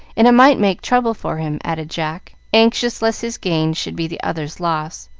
and it might make trouble for him, added jack, anxious lest his gain should be the other's loss.